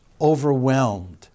overwhelmed